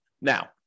Now